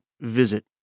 visit